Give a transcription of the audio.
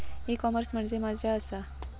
E commerce म्हणजे मझ्या आसा?